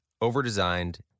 overdesigned